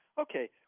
Okay